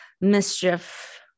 mischief